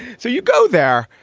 so you go there.